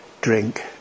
drink